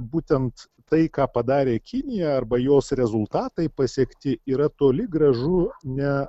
būtent tai ką padarė kinija arba jos rezultatai pasiekti yra toli gražu ne